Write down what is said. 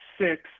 six